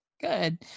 good